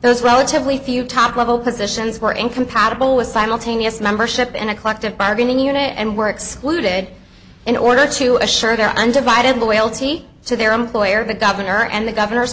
those relatively few top level positions were incompatible with simultaneous membership in a collective bargaining unit and works looted in order to assure their undivided loyalty to their employer the governor and the governor's